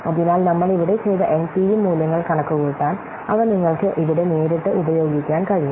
അതിനാൽ നമ്മൾ ഇവിടെ ചെയ്ത എൻപിവി മൂല്യങ്ങൾ കണക്കുകൂട്ടാൻ അവ നിങ്ങൾക്ക് ഇവിടെ നേരിട്ട് ഉപയോഗിക്കാൻ കഴിയും